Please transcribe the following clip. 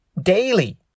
daily